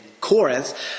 Corinth